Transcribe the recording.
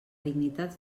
dignitat